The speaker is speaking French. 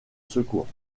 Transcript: secours